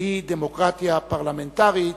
שהיא דמוקרטיה פרלמנטרית,